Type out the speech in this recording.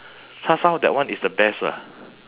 char shao that one is the best lah